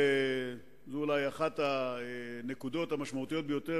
זו אולי אחת הנקודות המשמעותיות ביותר